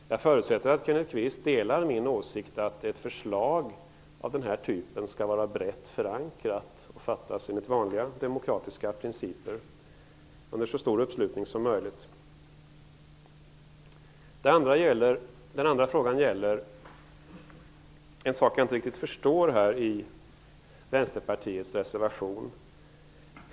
Jag förutsätter att Kenneth Kvist delar min åsikt att ett förslag av den här typen skall vara brett förankrat och fattas enligt vanliga demokratiska principer under så stor uppslutning som möjligt. Den andra frågan gäller en sak som jag inte riktigt förstår i Vänsterpartiets reservation.